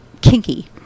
kinky